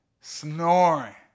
snoring